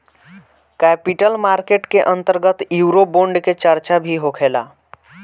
capital market के अंतर्गत Eurobond के चार्चा भी होखेला